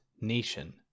nation